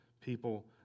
people